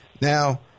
Now